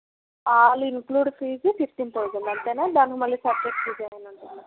all include fees fifteen thousand అంతేనా దానికి మళ్ళీ సపరేట్ ఫీజ్ ఏమైనా ఉందా